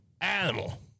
Animal